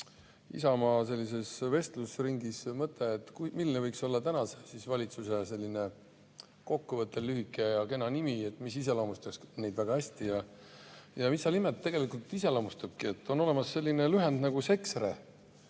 Isamaa sellises vestlusringis mõte, milline võiks olla tänase valitsuse selline kokkuvõttev lühike ja kena nimi, mis iseloomustaks neid väga hästi. Ja mis seal imet, tegelikult iseloomustabki: on olemas selline lühend nagu SEKSRE.